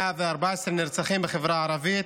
114 נרצחים בחברה הערבית